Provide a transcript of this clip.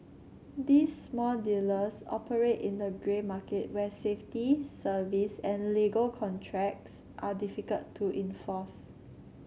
these small dealers operate in the grey market where safety service and legal contracts are difficult to enforce